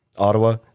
Ottawa